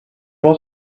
was